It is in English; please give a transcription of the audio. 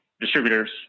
distributors